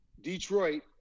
Detroit